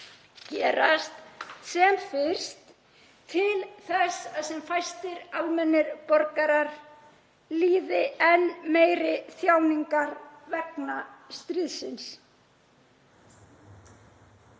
gerast sem fyrst til þess að sem fæstir almennir borgarar líði enn meiri þjáningar vegna stríðsins.